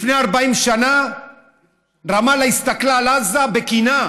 לפני 40 שנה הסתכלה רמאללה על עזה בקנאה.